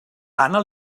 anna